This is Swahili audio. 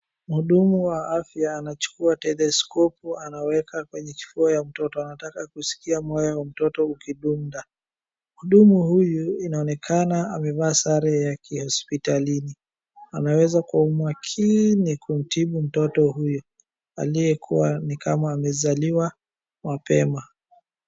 Mhudumu wa afya anachukua telescopu anaweka kwenye kifua ya mtoto. Anataka kusikia moyo wa mtoto ukidunda. Mhudumu huyu inaonekana amevaa sare ya kihospitalini. Anaweza kwa umakini kumtibu mtoto huyu aliyekuwa ni kama amezaliwa mapema.